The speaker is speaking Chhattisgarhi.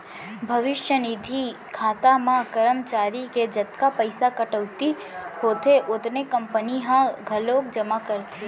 भविस्य निधि खाता म करमचारी के जतका पइसा कटउती होथे ओतने कंपनी ह घलोक जमा करथे